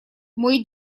мой